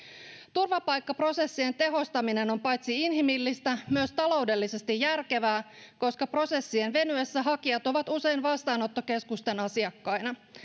turvapaikkaprosessien tehostaminen on paitsi inhimillistä myös taloudellisesti järkevää koska prosessien venyessä hakijat ovat usein vastaanottokeskusten asiakkaina